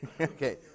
Okay